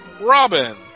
Robin